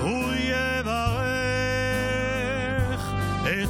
ידבר שונאינו